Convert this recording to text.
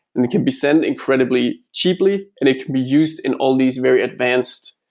and it can be sent incredibly cheaply and it can be used in all these very advanced,